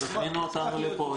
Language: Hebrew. תזמינו אותנו לפה.